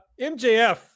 MJF